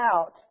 out